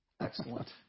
Excellent